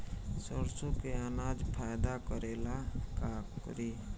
सरसो के अनाज फायदा करेला का करी?